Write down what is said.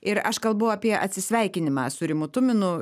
ir aš kalbu apie atsisveikinimą su rimu tuminu